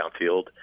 downfield